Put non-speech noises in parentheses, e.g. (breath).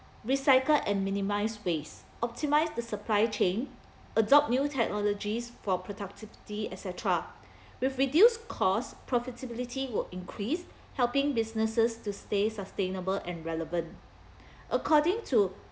recycle and minimise waste optimize the supply chain adopt new technologies for productivity etcetera (breath) with reduced costs profitability will increase helping businesses to stay sustainable and relevant (breath) according to